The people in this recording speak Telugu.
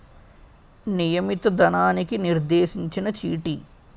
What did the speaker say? నియమిత ధనానికి నిర్దేశించిన చీటీ